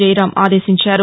జయరాం ఆదేశించారు